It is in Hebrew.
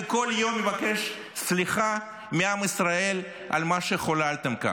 וכל יום מבקש סליחה מעם ישראל על מה שחוללתם כאן.